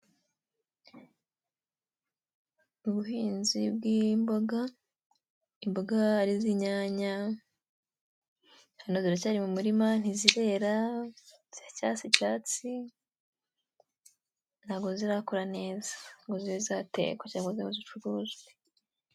Ubuhinzi bw'imboga, imboga arizo inyanya, hano ziracyari mu murima, ntizirera, ziracyasa icyatsi, ntabwo zirakura neza ngo zibe zatekwa cyangwase bazicuruze.